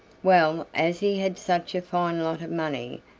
well, as he had such a fine lot of money,